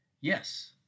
Yes